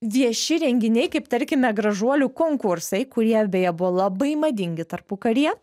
vieši renginiai kaip tarkime gražuolių konkursai kurie beje buvo labai madingi tarpukaryje